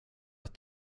att